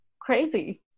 crazy